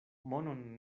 monon